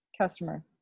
customer